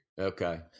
Okay